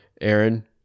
Aaron